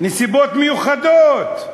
נסיבות מיוחדות.